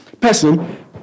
person